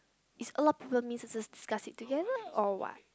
is a lot of people discuss it together or what